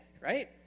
right